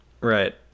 Right